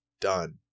done